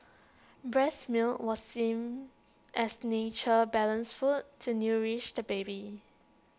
breast milk was seen as nature's balanced food to nourish the baby